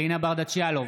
אלינה ברדץ' יאלוב,